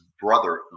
brother